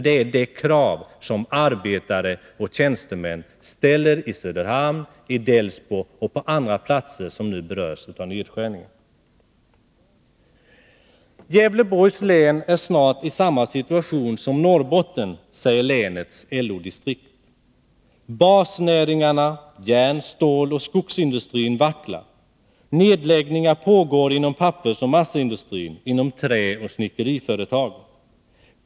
Det är det krav som ställs av arbetare och tjänstemän i Söderhamn, Delsbo och på andra platser som nu berörs av nedskärningen. Gävleborgs län är snart i samma situation som Norrbotten, säger länets LO-distrikt. Basnäringarna järn-, ståloch skogsindustri vacklar. Nedläggningar pågår inom pappersoch massaindustrin, inom träoch snickeriföretagen.